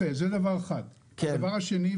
דבר שני,